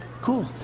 Cool